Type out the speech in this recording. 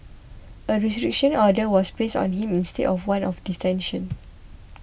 a restriction order was placed on him instead of one of detention